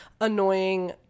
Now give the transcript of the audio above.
annoying